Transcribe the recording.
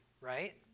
right